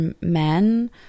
men